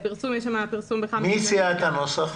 מי הציע את הנוסח?